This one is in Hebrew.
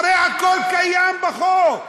הרי הכול קיים בחוק.